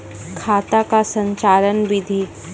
खाता का संचालन बिधि?